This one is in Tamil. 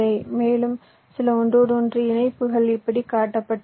மேலும் சில ஒன்றோடொன்று இணைப்புகள் இப்படி காட்டப்பட்டுள்ளன